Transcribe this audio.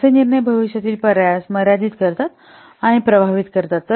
तर असे निर्णय भविष्यातील पर्यायास मर्यादित करतात किंवा प्रभावित करतात